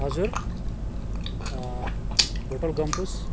हजुर होटेल गम्पुस